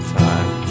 time